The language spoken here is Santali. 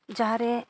ᱡᱟᱦᱟᱸᱨᱮ